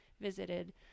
visited